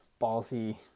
ballsy